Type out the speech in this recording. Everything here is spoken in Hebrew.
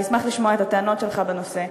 אני אשמח לשמוע את הטענות שלך בנושא.